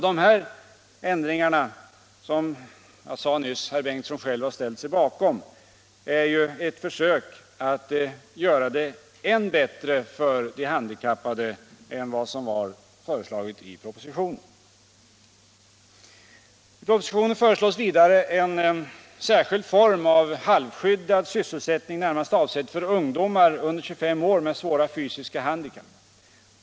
De här ändringarna, som herr Bengtsson alltså har ställt sig bakom, är ju ett försök att göra det än bättre för de handikappade än vad som föreslogs i propositionen. I propositionen föreslås vidare en särskild form av halvskyddad sysselsättning närmast avsedd för ungdomar under 25 år med svåra fysiska handikapp.